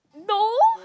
no